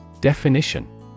Definition